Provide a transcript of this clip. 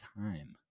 time